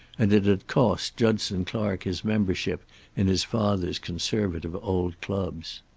and it had cost judson clark his membership in his father's conservative old clubs.